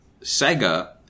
Sega